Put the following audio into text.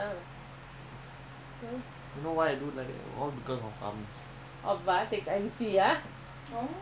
நான்சொல்லறதகேளு:naan solradha keelu just complete your army life next move next move on to australia இல்லையானுதெரில:illayaanu therila you want to you want to buy a